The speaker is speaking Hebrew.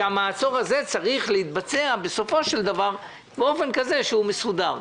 שזה צריך להתבצע בסופו של דבר באופן מסודר.